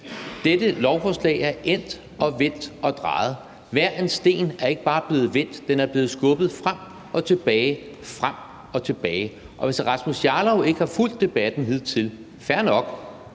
Dette lovforslag er blevet vendt og drejet. Hver en sten er ikke bare blevet vendt, men er blevet skubbet frem og tilbage, frem og tilbage. Og hvis hr. Rasmus Jarlov ikke har fulgt debatten hidtil, så er